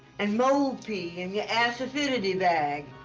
and mole pee in your assifidity bag.